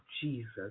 Jesus